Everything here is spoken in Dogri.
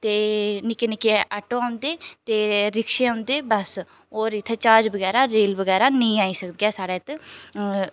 ते नि'क्के नि'क्के ऑटो औंदे ते रिक्शें औंदे बस होर इ'त्थें जहाज बगैरा रेल बगैरा नेईं आई सकदे साढ़े इत्त